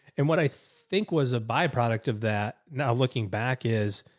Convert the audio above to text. and what i think was a byproduct of that. now looking back is.